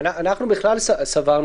אנחנו סברנו,